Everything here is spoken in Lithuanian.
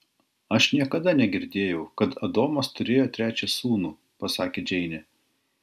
aš niekada negirdėjau kad adomas turėjo trečią sūnų pasakė džeinė